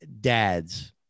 dads